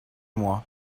moi